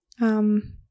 Um-